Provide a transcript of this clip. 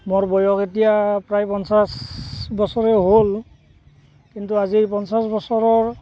মোৰ বয়স এতিয়া প্ৰায় পঞ্চাছ বছৰেই হ'ল কিন্তু আজি পঞ্চাছ বছৰৰ